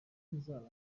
nzaba